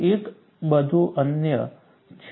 એ બધું માન્ય છે